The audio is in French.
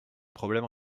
problèmes